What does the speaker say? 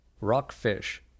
rockfish